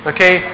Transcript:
Okay